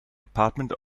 department